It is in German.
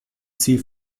ziel